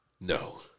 No